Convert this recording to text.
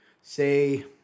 Say